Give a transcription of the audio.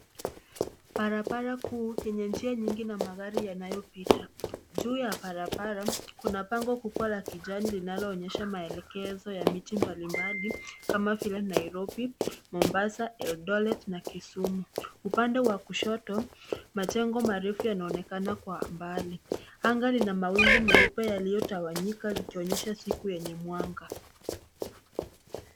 Barabara kuu yenye njia nyingi ya magari yanayopita juu ya barabara kuna bango kubwa la kijani linaloonyesha maelekezo ya miti mbalimbali kama vile Nairobi ,Mombasa, Eldoret na Kisumu, upande wa kushoto majengo marefu yanaonekana kwa mbali anga na mawingu meupe yaliyotawanyika likionyesha siku yenye mwanga.